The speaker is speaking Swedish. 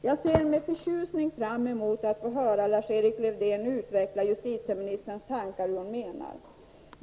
Jag ser med förtjusning fram emot att få höra Lars-Erik Lövdén utveckla justitieministerns tankar och vad hon menar.